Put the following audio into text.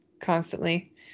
constantly